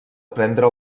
prendre